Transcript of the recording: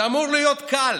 זה אמור להיות קל.